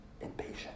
impatient